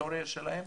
להיסטוריה שלהם,